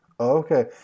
okay